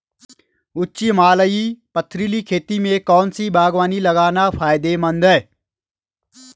उच्च हिमालयी पथरीली खेती में कौन सी बागवानी लगाना फायदेमंद है?